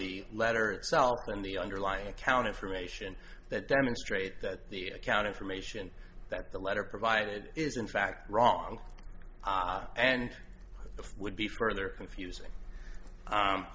the letter itself and the underlying account information that demonstrate that the account information that the letter provided is in fact wrong ott and would be further confusing